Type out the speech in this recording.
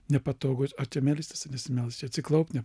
nepatogu ar čia melstis nesimelst atsiklaupt ne